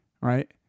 right